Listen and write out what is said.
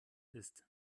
ist